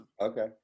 Okay